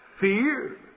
fear